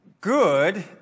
Good